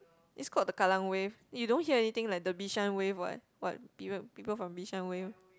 is called the kallang Wave you don't hear anything like the Bishan wave what what people people from Bishan wave